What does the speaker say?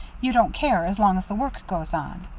you don't care as long as the work goes on.